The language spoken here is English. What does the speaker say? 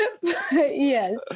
yes